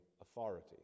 authority